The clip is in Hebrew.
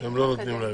שהם לא נותנים להם.